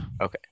Okay